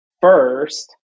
First